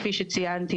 כפי שציינתי,